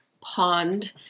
pond